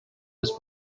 was